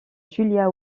julia